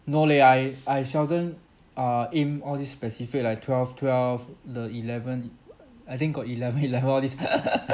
no leh I I seldom err aim all this specific like twelve twelve the eleven e~ uh I think got eleven eleven all this